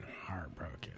heartbroken